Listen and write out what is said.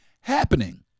happening